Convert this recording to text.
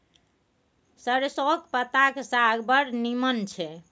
सरिसौंक पत्ताक साग बड़ नीमन छै